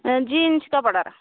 jeans କପଡ଼ାର